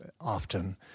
often